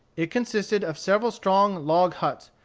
it consisted of several strong log huts,